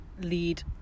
lead